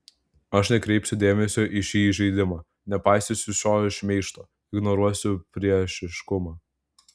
aš nekreipsiu dėmesio į šį įžeidimą nepaisysiu šio šmeižto ignoruosiu priešiškumą